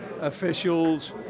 officials